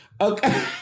Okay